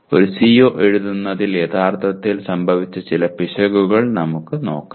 ഒരു CO എഴുതുന്നതിൽ യഥാർത്ഥത്തിൽ സംഭവിച്ച ചില പിശകുകൾ നമുക്ക് നോക്കാം